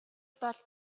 бол